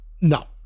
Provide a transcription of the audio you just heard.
No